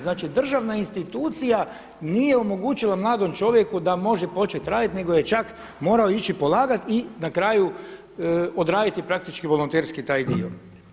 Znači državna institucija nije omogućila mladom čovjeku da može počet radit, nego je čak morao ići polagati i na kraju odraditi praktički volonterski taj dio.